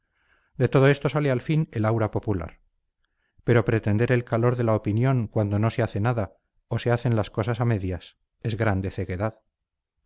de todo esto sale al fin el aura popular pero pretender el calor de la opinión cuando no se hace nada o se hacen las cosas a medias es grande ceguedad